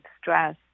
stress